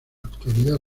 actualidad